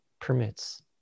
permits